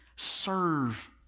serve